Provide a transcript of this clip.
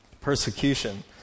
persecution